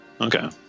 Okay